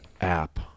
app